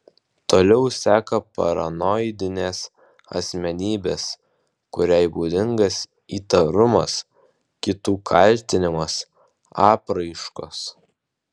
toliau seka paranoidinės asmenybės kuriai būdingas įtarumas kitų kaltinamas apraiškos